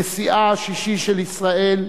נשיאה השישי של ישראל,